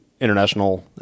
international